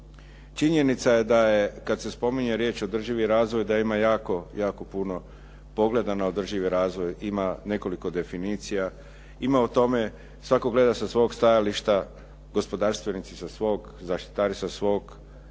Činjenica je da je kad se spominje riječ održivi razvoj, da ima jako, jako puno pogleda na održivi razvoj, ima nekoliko definicija. Ima o tome, svatko gleda sa svog stajališta, gospodarstvenici sa svog, zaštitari sa svog,